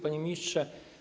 Panie Ministrze!